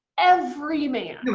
every man.